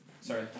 Sorry